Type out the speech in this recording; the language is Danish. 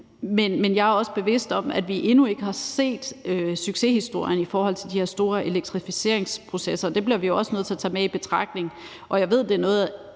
Men jeg er også bevidst om, at vi endnu ikke har set succeshistorien i forhold til de her store elektrificeringsprojekter, og det bliver vi også nødt til at tage med i betragtning. Jeg ved, at det er noget,